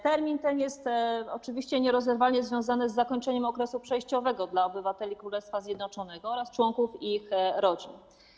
Termin ten jest oczywiście nierozerwalnie związany z zakończeniem okresu przejściowego dla obywateli Zjednoczonego Królestwa oraz członków ich rodzin.